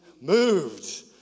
Moved